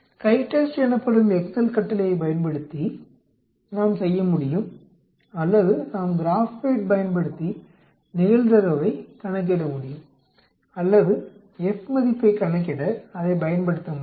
CHITEST எனப்படும் Excel கட்டளையைப் பயன்படுத்தி நாம் செய்யமுடியும் அல்லது நாம் கிராப்பேட் பயன்படுத்தி நிகழ்தகவைக் கணக்கிடமுடியும் அல்லது F மதிப்பைக் கணக்கிட அதைப் பயன்படுத்த முடியும்